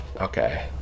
Okay